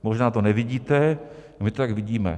Možná to nevidíte, my to tak vidíme.